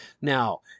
Now